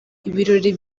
ibirori